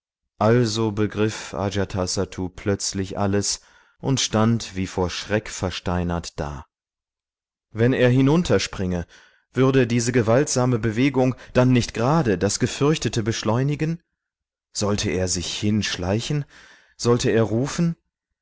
also begriff ajatasattu plötzlich alles und stand wie vor schreck versteinert da wenn er hinunterspränge würde diese gewaltsame bewegung dann nicht gerade das gefürchtete beschleunigen sollte er sich hinschleichen sollte er rufen